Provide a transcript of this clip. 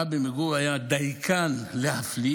הרבי מגור היה דייקן להפליא,